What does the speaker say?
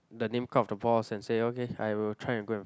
the name card of the boss and say okay I will try and go and